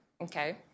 Okay